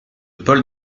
paul